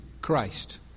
Christ